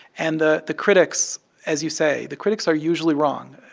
and the the critics as you say, the critics are usually wrong.